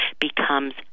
becomes